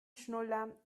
schnuller